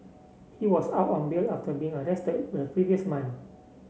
he was out on bail after being arrested the previous month